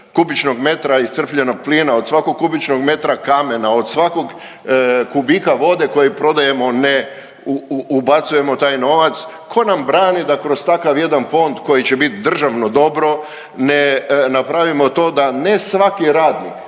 kubičnog metra iscrpljenog plina, od svakog kubičnog metra kamena, od svakog kubika vode koji prodajemo ne ubacujemo taj novac. Tko nam brani da kroz takav jedan fond koji će biti državno dobro ne napravimo to da ne svaki radnik,